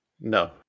No